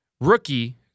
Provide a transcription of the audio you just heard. rookie